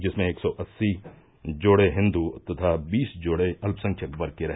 जिसमें एक सौ अस्सी जोड़े हिन्दू तथा बीस जोड़े अल्पसंख्य वर्ग के रहे